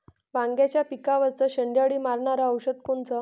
वांग्याच्या पिकावरचं शेंडे अळी मारनारं औषध कोनचं?